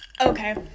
Okay